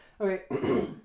okay